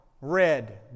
red